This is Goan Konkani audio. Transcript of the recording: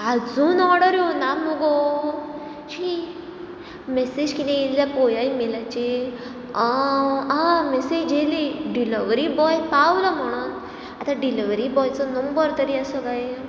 आजून ऑर्डर येवना मुगो शी मेसेज किदें येयल्या जाल्या पळोवया इमेलाचेर आ मेसेज येयल्या डिलिवरी बॉय पावलो म्हणून आतां डिलिवरी बॉयचो नंबर तरी आसा गाय